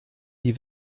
die